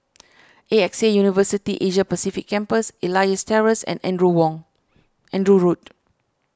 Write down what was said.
A X A University Asia Pacific Campus Elias Terrace and Andrew Road